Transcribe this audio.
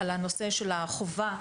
על הנושא של החובה,